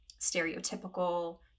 stereotypical